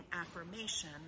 affirmation